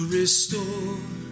restore